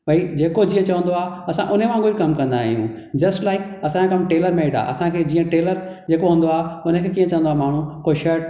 भई जेको जीअं चवंदो आहे असां उन वांगुर कमु कंदा आहियूं जस्ट लाइक असांजो कमु टेलर मेड आहे असां खे जीअं टेलर जेको हूंदो आहे उन खे कीअं चवंदो आहे माण्हू को शर्ट